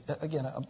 again